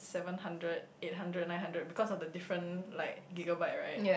seven hundred eight hundred nine hundred because of the different like gigabyte right